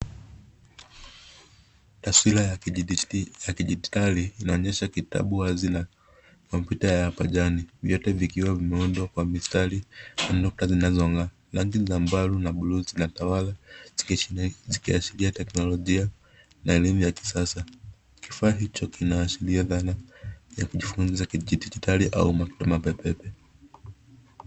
Taswira ya kidigitali inaonyesha kitabu kompyuta ya pajani vyote vikiwa vimeunda kwa mistari na nukta zinazongaa, rangi ya sambarau na bluu zinatawala zikiashiria teknolojia na elimu ya kisasa, kifaa hicho kinaashiria dhana ya kujifunza kidigitali au mapepepe.